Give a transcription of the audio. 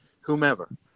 whomever